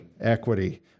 equity